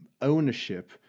ownership